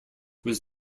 was